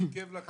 בטח.